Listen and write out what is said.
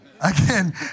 Again